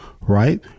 right